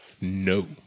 No